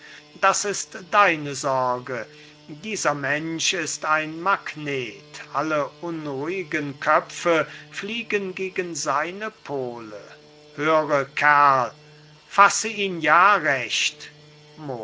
das ist deine sorge dieser mensch ist ein magnet alle unruhigen köpfe fliegen gegen seine pole höre kerl fasse ihn ja recht